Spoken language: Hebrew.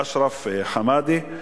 אשרף חמאדי,